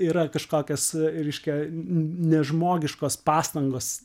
yra kažkokios reiškia nežmogiškos pastangos